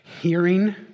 hearing